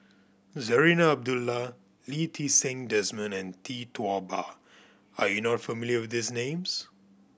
Zarinah Abdullah Lee Ti Seng Desmond and Tee Tua Ba are you not familiar with these names